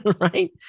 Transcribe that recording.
right